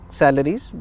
salaries